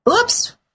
Oops